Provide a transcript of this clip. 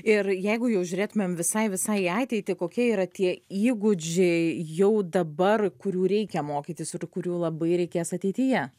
ir jeigu jau žiūrėtumėm visai visai į ateitį kokie yra tie įgūdžiai jau dabar kurių reikia mokytis ir kurių labai reikės ateityje